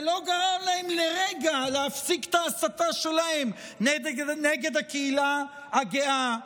זה לא גרם להם לרגע להפסיק את ההסתה שלהם נגד הקהילה הגאה,